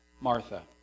Martha